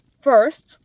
First